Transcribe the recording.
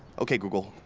okay, google.